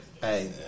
Hey